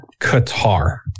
Qatar